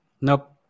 Nope